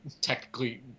technically